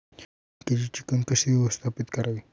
बँकेची चिकण कशी व्यवस्थापित करावी?